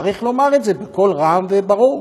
צריך לומר את זה בקול רם וברור.